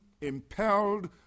impelled